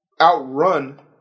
outrun